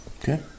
Okay